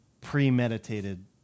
premeditated